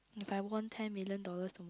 if I won ten million dollars